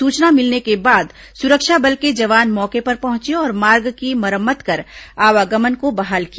सूचना मिलने के बाद सुरक्षा बल के जवान मौके पर पहुंचे और मार्ग की मरम्मत कर आवागमन को बहाल किया